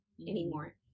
anymore